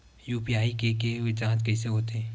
UPI के के जांच कइसे होथे?